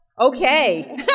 Okay